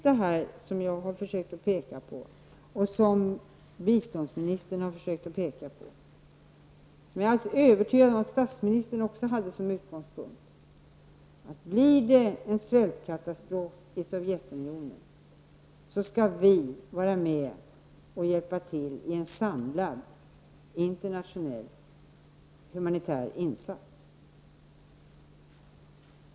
Det är precis det jag har försökt peka på, som biståndsministern har försökt att peka på och som jag är alldeles övertygad om att statsministern också hade som utgångspunkt. Blir det en svältkatastrof i Sovjetunionen, skall vi vara med och hjälpa till med en samlad internationell humanitär insats.